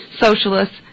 socialists